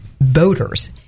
voters